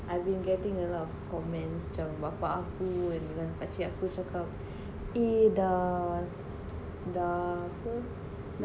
I've been getting a lot of comments macam bapak aku dengan pak cik aku cakap eh dah dah dah apa eh